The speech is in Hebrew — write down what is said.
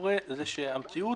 ברשותך,